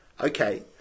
Okay